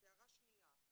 הערה שנייה.